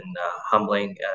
humbling